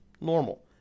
normal